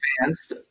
advanced